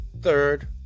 third